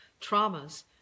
traumas